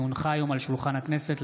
כי הונחה היום על שולחן הכנסת,